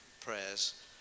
prayers